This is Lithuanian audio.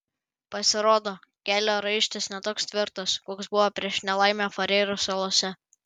pasirodo kelio raištis ne toks tvirtas koks buvo prieš nelaimę farerų salose